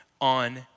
on